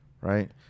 Right